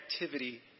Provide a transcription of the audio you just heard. activity